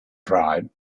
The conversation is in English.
pride